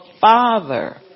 Father